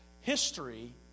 history